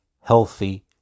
healthy